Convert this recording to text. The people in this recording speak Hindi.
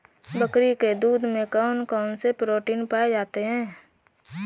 बकरी के दूध में कौन कौनसे प्रोटीन पाए जाते हैं?